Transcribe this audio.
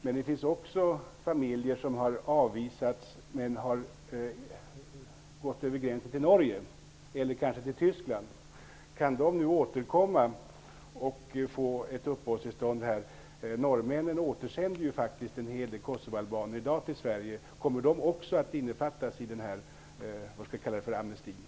Men det finns också familjer som har avvisats men som har gått över gränsen till Norge eller kanske till Tyskland. Kan de nu återkomma och få uppehållstillstånd här? Norrmännen återsänder faktiskt en hel del kosovoalbaner till Sverige i dag. Kommer de också att innefattas i den här ''amnestin''?